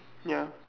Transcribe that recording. ya